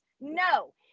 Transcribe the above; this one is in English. No